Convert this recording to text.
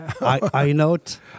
I-Note